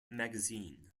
magazine